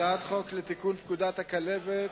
הצעת חוק לתיקון פקודת הכלבת,